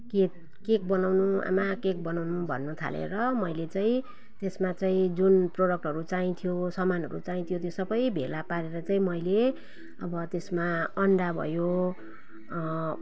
cake cake बनाउनु आमा cake बनाउनु भन्नुथाले र मैले चाहिँ त्यसमा चाहिँ जुन प्रडक्टहरू चाहिन्थ्यो सामानहरू चाहिन्थ्यो त्यो सबै भेला पारेर चाहिँ मैले अब त्यसमा अन्डा भयो